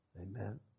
Amen